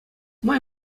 май